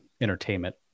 entertainment